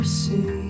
see